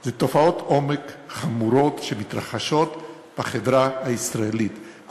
זה תופעות עומק חמורות שמתרחשות בחברה הישראלית.